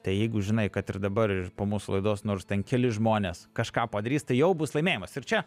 tai jeigu žinai kad ir dabar ir po mūsų laidos nors ten keli žmonės kažką padarys tai jau bus laimėjimas ir čia